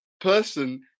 person